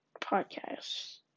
podcast